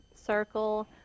circle